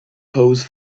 pose